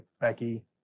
Becky